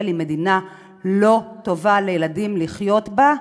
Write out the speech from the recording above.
היא מדינה לא טובה לילדים לחיות בה,